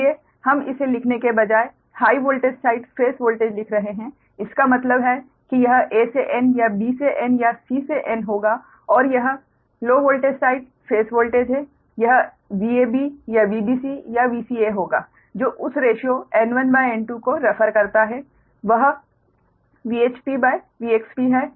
इसलिए हम इसे लिखने के बजाय high voltage side phase voltage लिख रहे हैं इसका मतलब है कि यह A से N या B से N या C से N होगा और यह low voltage side phase voltage है यह VAB या VBC या VCA होगा जो उस रेशिओ N1N2 को रेफर करता है वह VHPVXP है